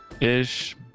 ish